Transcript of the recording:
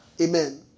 Amen